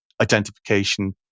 identification